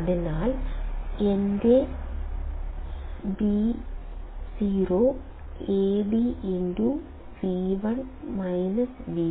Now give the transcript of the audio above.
അതിനാൽ എന്റെ Vo Ad ന്